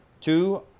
Two